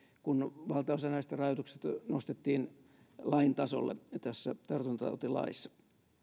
kun valtaosa näistä rajoituksista nostettiin lain tasolle tässä tartuntatautilaissa